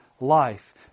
life